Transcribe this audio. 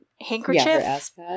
handkerchief